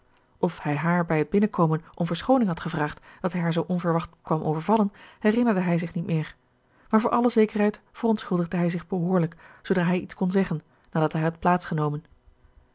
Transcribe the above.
of hij haar bij het binnenkomen om verschooning had gevraagd dat hij haar zoo onverwacht kwam overvallen herinnerde hij zich niet meer maar voor alle zekerheid verontschuldigde hij zich behoorlijk zoodra hij iets kon zeggen nadat hij had